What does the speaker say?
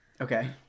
okay